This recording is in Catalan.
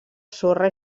sorra